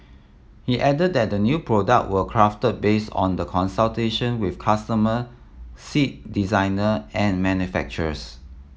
he added that the new product were crafted based on the consultation with customer seat designer and manufacturers